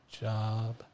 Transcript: Job